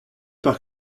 par